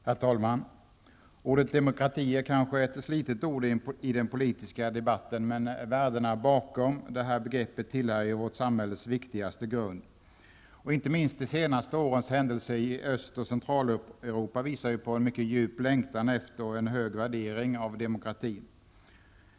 Herr talman! Ordet demokrati är kanske ett slitet ord i den politiska debatten, men värdena bakom begreppet tillhör vårt samhälles viktigaste grund. Inte minst de senaste årens händelser i Öst och Centraleuropa visar på en mycket djup längtan efter och en hög värdering av demokratin.